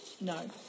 No